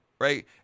right